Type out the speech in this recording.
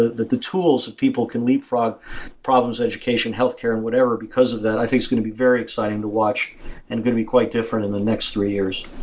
ah the the tools of people can leapfrog problems to education, healthcare and whatever because of that. i think it's going to be very exciting to watch and going to be quite different in the next three years.